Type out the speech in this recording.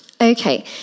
Okay